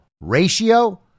ratio